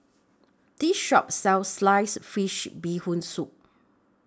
This Shop sells Sliced Fish Bee Hoon Soup